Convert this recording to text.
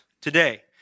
today